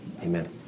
Amen